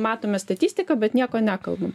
matome statistiką bet nieko nekalbam